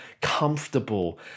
comfortable